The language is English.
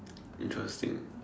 interesting